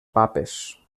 papes